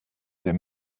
der